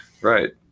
Right